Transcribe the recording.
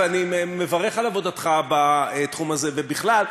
ואני מברך על עבודתך בתחום הזה ובכלל,